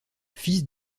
fils